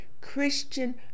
Christian